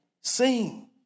Sing